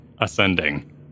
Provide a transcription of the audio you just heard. ascending